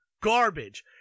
Garbage